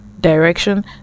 direction